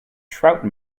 trout